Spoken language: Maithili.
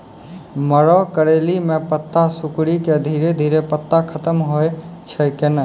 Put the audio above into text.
मरो करैली म पत्ता सिकुड़ी के धीरे धीरे पत्ता खत्म होय छै कैनै?